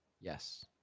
Yes